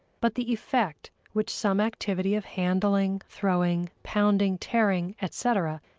but the effect which some activity of handling, throwing, pounding, tearing, etc,